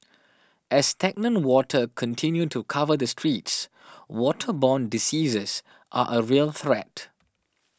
as stagnant water continue to cover the streets waterborne diseases are a real threat